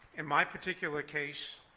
in my particular case,